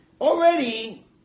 already